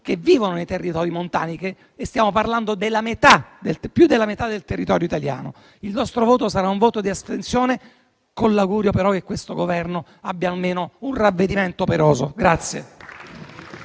che vivono nei territori montani (stiamo parlando di più della metà del territorio italiano). Il nostro sarà un voto di astensione, con l'augurio però che questo Governo abbia almeno un ravvedimento operoso.